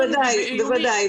בוודאי, בוודאי.